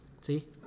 See